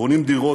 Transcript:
בונים דירות,